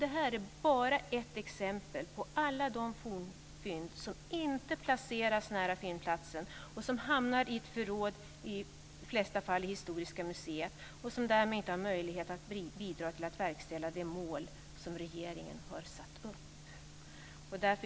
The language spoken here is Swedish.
Det här är bara ett exempel på alla de fornfynd som inte placeras nära fyndplatsen utan som hamnar i ett förråd, i de flesta fall på Historiska museet, och som därmed inte har möjlighet att bidra till att verkställa de mål som regeringen har satt upp.